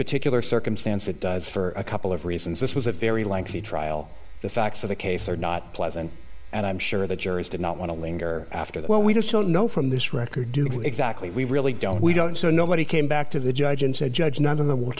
particular circumstance it does for a couple of reasons this was a very lengthy trial the facts of the case are not pleasant and i'm sure the jurors did not want to linger after that well we just don't know from this record exactly we really don't we don't so nobody came back to the judge and said judge none of them will